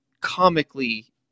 comically